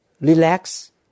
relax